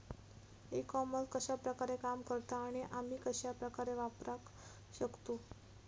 E commerce कश्या प्रकारे काम करता आणि आमी कश्या प्रकारे वापराक शकतू?